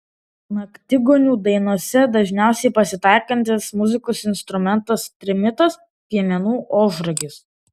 naktigonių dainose dažniausiai pasitaikantis muzikos instrumentas trimitas piemenų ožragis